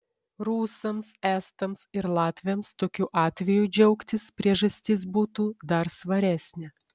rusams estams ir latviams tokiu atveju džiaugtis priežastis būtų dar svaresnė